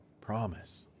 Promise